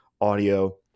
audio